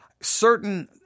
certain